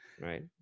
Right